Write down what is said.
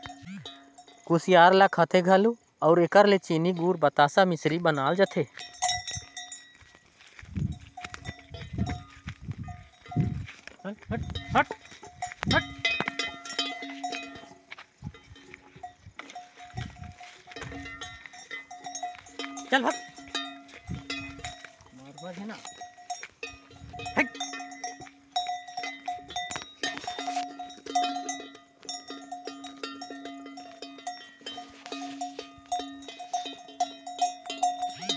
कुसियार ल खाथें घलो अउ एकर ले चीनी, गूर, बतासा, मिसरी बनाल जाथे